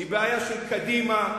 היא בעיה של קדימה,